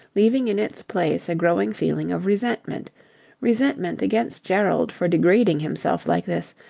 leaving in its place a growing feeling of resentment resentment against gerald for degrading himself like this,